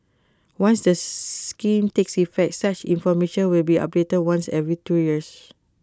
once the scheme takes effect such information will be updated once every two years